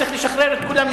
צריך לשחרר את כולם,